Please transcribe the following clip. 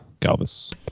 Galvis